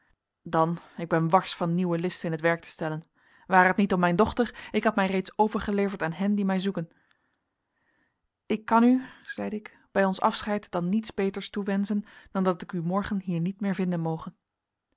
dan ik ben wars van nieuwe listen in t werk te stellen ware het niet om mijn dochter ik had mij reeds overgeleverd aan hen die mij zoeken ik kan u zeide ik bij ons afscheid dan niets beters toewenschen dan dat ik u morgen hier niet meer vinden moge